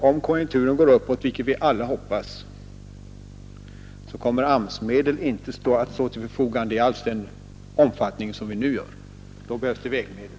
Om konjunkturen går uppåt, vilket vi alla hoppas, kommer AMS-medel inte att stå till förfogande i samma omfattning som nu. Då behövs det vägmedel.